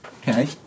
okay